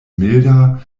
milda